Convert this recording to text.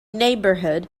neighborhood